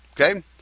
okay